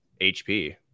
HP